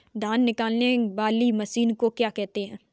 धान निकालने वाली मशीन को क्या कहते हैं?